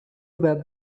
that